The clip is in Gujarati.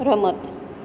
રમત